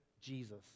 Jesus